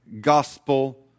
gospel